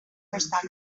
versagt